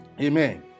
Amen